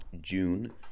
June